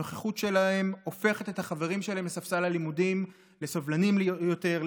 הנוכחות שלהם הופכת את החברים שלהם לספסל הלימודים לסבלניים יותר,